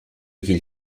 qu’ils